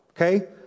Okay